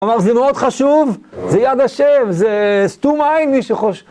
כלומר, זה מאוד חשוב, זה יד ה', זה... שתום עין מי שחושב.